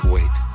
Wait